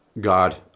God